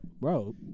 bro